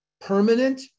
Permanent